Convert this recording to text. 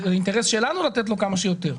זה אינטרס שלנו לתת לו כמה שיותר.